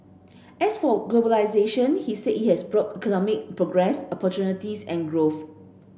as for globalisation he said it has brought economic progress opportunities and growth